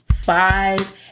five